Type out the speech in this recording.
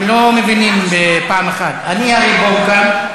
אתם לא מבינים פעם אחת: אני הריבון כאן.